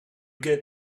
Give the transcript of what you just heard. get